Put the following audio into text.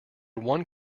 one